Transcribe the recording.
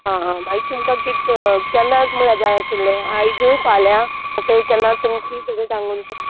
आं हां मागीर तुमका कित केन्ना म्हळ्यार जाय आशिल्लें आयज फाल्यां अशें केन्ना तुमची कितें सांगून दवरात